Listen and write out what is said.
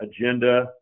agenda